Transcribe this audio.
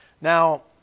Now